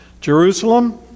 Jerusalem